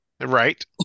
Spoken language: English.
Right